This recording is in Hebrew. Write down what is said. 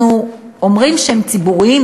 אנחנו אומרים שהם ציבוריים,